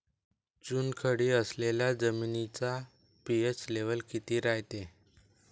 चुनखडी असलेल्या जमिनीचा पी.एच लेव्हल किती रायते?